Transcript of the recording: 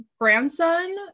grandson